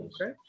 Okay